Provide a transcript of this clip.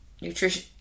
nutrition